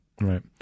Right